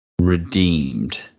redeemed